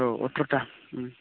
औ अट्रथा उम